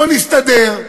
בוא נסתדר,